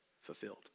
fulfilled